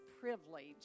privilege